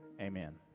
Amen